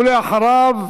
ואחריו,